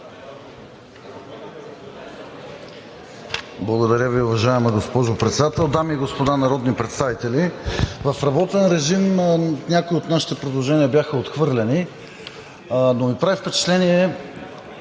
Благодаря Ви, уважаема госпожо Председател. Дами и господа народни представители! В работен режим някои от нашите предложения бяха отхвърлени. Но ми правят впечатление